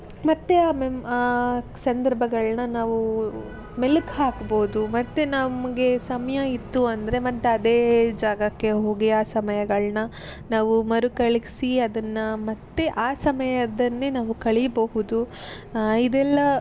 ಮತ್ತು ಆ ಮೆಮ್ ಆ ಸಂದರ್ಭಗಳನ್ನ ನಾವು ಮೆಲ್ಕು ಹಾಕ್ಬೋದು ಮತ್ತು ನಮಗೆ ಸಮಯ ಇತ್ತು ಅಂದರೆ ಮತ್ತು ಅದೇ ಜಾಗಕ್ಕೆ ಹೋಗಿ ಆ ಸಮಯಗಳನ್ನ ನಾವು ಮರುಕಳಿಸಿ ಅದನ್ನು ಮತ್ತೆ ಆ ಸಮಯವನ್ನೇ ನಾವು ಕಳೀಬಹುದು ಇದೆಲ್ಲ